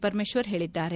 ಪರಮೇಶ್ವರ್ ಹೇಳಿದ್ದಾರೆ